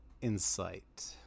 insight